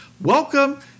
Welcome